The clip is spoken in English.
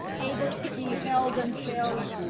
able to be held until